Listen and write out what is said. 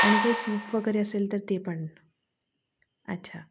आणि काही सूप वगैरे असेल तर ते पण अच्छा